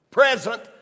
Present